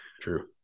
True